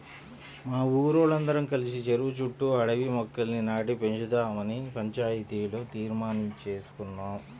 మా ఊరోల్లందరం కలిసి చెరువు చుట్టూ అడవి మొక్కల్ని నాటి పెంచుదావని పంచాయతీలో తీర్మానించేసుకున్నాం